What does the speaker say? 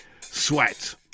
Sweat